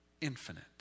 infinite